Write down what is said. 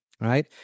right